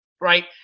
Right